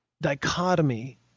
dichotomy